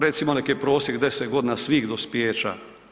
Recimo nek je prosjek 10 godina svih dospijeća.